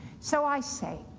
so i say,